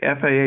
FAA